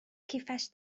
کیفش